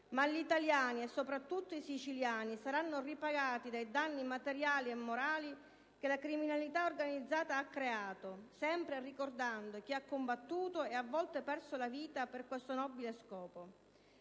ma gli italiani, e soprattutto i siciliani, saranno ripagati dei danni materiali e morali che la criminalità organizzata ha creato, sempre ricordando chi ha combattuto e, a volte, perso la vita per questo nobile scopo.